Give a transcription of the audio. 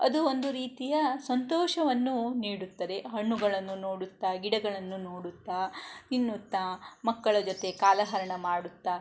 ಅದು ಒಂದು ರೀತಿಯ ಸಂತೋಷವನ್ನು ನೀಡುತ್ತದೆ ಹಣ್ಣುಗಳನ್ನು ನೋಡುತ್ತಾ ಗಿಡಗಳನ್ನು ನೋಡುತ್ತಾ ತಿನ್ನುತ್ತಾ ಮಕ್ಕಳ ಜೊತೆ ಕಾಲಹರಣ ಮಾಡುತ್ತಾ